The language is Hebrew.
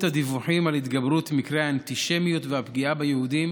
הדיווחים על התגברות מקרי האנטישמיות והפגיעה ביהודים